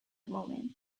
moment